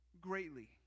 greatly